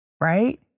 Right